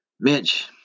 Mitch